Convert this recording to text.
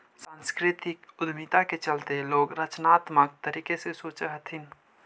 सांस्कृतिक उद्यमिता के चलते लोग रचनात्मक तरीके से सोचअ हथीन